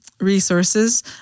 resources